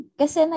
kasi